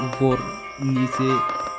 উপর নিচে